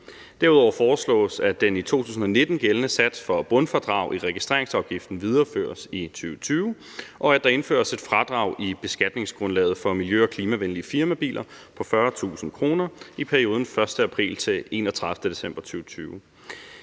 Derudover foreslås, at den i 2019 gældende sats for bundfradrag i registreringsafgiften videreføres i 2020, og at der indføres et fradrag i beskatningsgrundlaget for miljø- og klimavenlige firmabiler på 40.000 kr. i perioden fra den 1. april til den 31. december 2020.